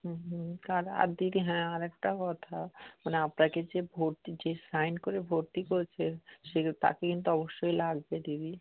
হুম হুম কার আর দিদি হ্যাঁ আরেকটা কথা মানে আপনাকে যে ভর্তি যে সাইন করে ভর্তি করছে সে কে তাকে কিন্তু অবশ্যই লাগবে দিদি